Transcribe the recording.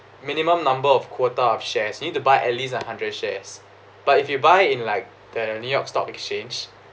minimum number of quota of shares you need to buy at least a hundred shares but if you buy in like the new york stock exchange